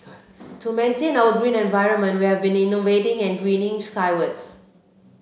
to maintain our green environment we have been innovating and greening skywards